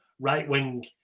Right-wing